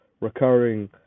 recurring